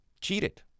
cheated